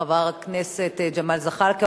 חבר הכנסת ג'מאל זחאלקה,